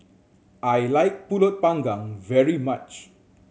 I like Pulut Panggang very much